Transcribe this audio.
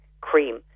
cream